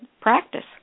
practice